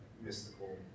mystical